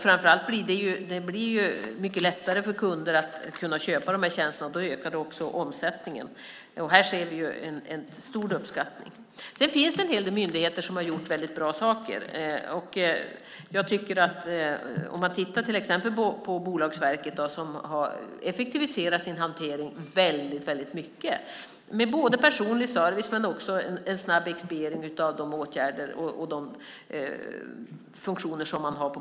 Framför allt blir det mycket lättare för kunder att köpa de här tjänsterna, och då ökar också omsättningen. Här ser vi en stor uppskattning. Det finns en hel del myndigheter som har gjort bra saker. Man kan titta till exempel på Bolagsverket, som har effektiviserat sin hantering väldigt mycket med både personlig service och en snabb expediering av de åtgärder och funktioner man har.